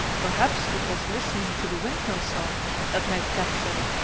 perhaps it was listening to the windmill song that made kat say,